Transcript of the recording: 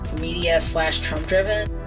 media-slash-Trump-driven